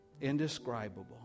Indescribable